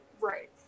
Right